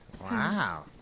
Wow